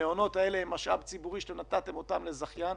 המעונות האלה הם משאב ציבורי שנתתם אותו לזכיין.